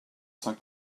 saint